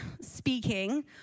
speaking